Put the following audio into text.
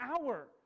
hour